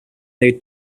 they